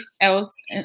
else